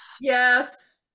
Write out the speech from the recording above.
Yes